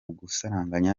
gusaranganya